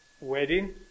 wedding